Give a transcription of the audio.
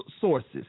sources